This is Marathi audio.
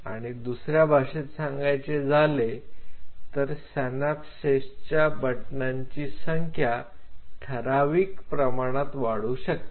किंवा दुसऱ्या भाषेत सांगायचे झाले तर स्यनाप्सेसच्या बटनांची संख्या ठराविक प्रमाणात वाढू शकते